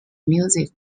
music